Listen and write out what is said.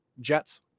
jets